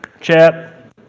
Chat